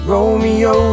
Romeo